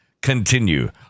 continue